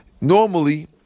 normally